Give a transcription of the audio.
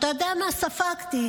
ואתה יודע מה, ספגתי.